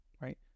right